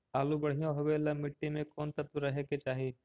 आलु बढ़िया होबे ल मट्टी में कोन तत्त्व रहे के चाही?